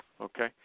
Okay